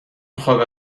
خواب